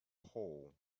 hole